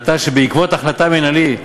עתה, כשבעקבות החלטה מינהלית,